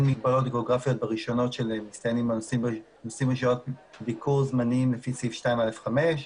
מגבלות גיאוגרפיות ברישיונות של מסתננים לפי סעיף 2א(5).